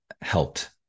helped